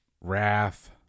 wrath